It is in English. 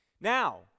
Now